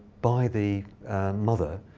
by the mother.